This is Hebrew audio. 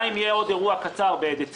גם אם יהיה עוד אירוע קצר בדצמבר,